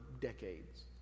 decades